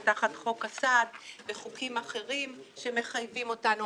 תחת חוק הסעד וחוקים אחרים שמחייבים אותנו.